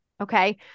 Okay